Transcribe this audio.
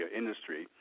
industry